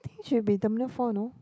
think should be Terminal four you know